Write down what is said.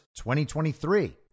2023